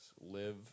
Live